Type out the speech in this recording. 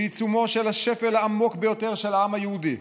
בעיצומו של השפל העמוק ביותר של העם היהודי,